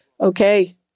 Okay